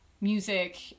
music